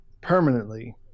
permanently